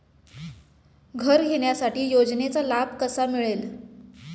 घर घेण्यासाठी योजनेचा लाभ कसा मिळेल?